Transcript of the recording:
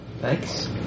Thanks